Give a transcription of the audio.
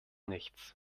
nichts